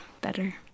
better